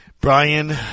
Brian